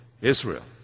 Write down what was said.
Israel